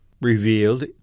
revealed